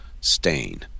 stain